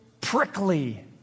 prickly